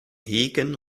hegen